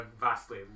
vastly